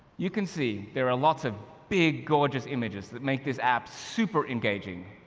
you can see there are lots of big, gorgeous images that make this app super engaging,